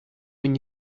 when